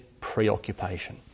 preoccupation